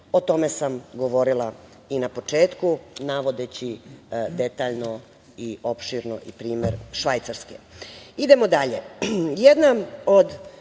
O tome sam govorila i na početku, navodeći detaljno i opširno i primer Švajcarske. Idemo dalje.